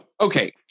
Okay